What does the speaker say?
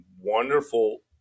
wonderful